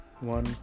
One